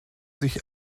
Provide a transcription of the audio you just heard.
sich